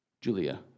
Julia